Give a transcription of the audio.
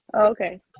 Okay